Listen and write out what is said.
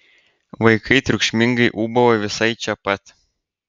vaikai triukšmingai ūbavo visai čia pat